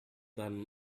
than